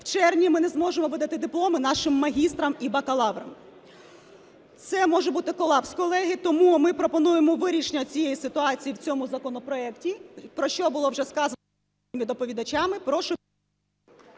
В червні ми не зможемо видати дипломи нашим магістрам і бакалаврам. Це може бути колапс, колеги. Тому ми пропонуємо вирішення цієї ситуації в цьому законопроекті, про що було вже сказано доповідачами. Прошу...